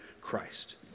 Christ